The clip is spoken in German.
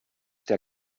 der